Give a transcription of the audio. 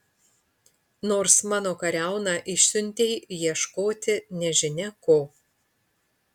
nors mano kariauną išsiuntei ieškoti nežinia ko